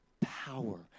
power